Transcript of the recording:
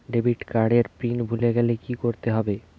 Debit card এর pin ভুলে গেলে কি করতে হবে?